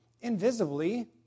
invisibly